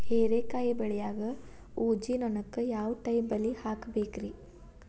ಹೇರಿಕಾಯಿ ಬೆಳಿಯಾಗ ಊಜಿ ನೋಣಕ್ಕ ಯಾವ ಟೈಪ್ ಬಲಿ ಹಾಕಬೇಕ್ರಿ?